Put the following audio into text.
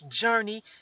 journey